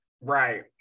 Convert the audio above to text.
Right